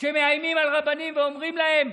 שמאיימים על רבנים ואומרים להם: